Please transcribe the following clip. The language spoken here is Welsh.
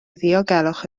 ddiogelwch